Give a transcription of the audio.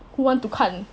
who want to 看